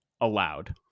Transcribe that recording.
Allowed